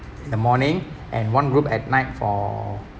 in the morning and one group at night for